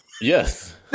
Yes